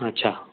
अच्छा